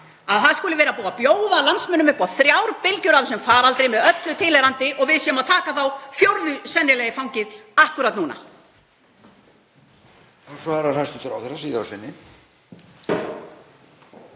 að það skuli vera búið að bjóða landsmönnum upp á þrjár bylgjur af þessum faraldri með öllu tilheyrandi og við séum sennilega að taka þá fjórðu í fangið akkúrat núna.